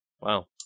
Wow